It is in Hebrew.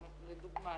לדוגמה,